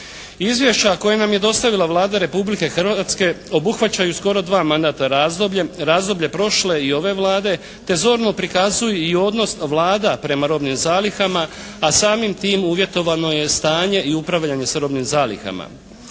Izvješća koja nam je dostavila Vlada Republike Hrvatske obuhvaćaju skoro dva mandata razdoblja prošle i ove Vlade te zorno prikazuje i odnos vlada prema robnim zalihama, a samim tim uvjetovano je stanje u upravljanje s robnim zalihama.